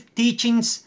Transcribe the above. teachings